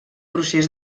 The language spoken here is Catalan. procés